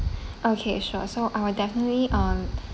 okay sure so I will definitely uh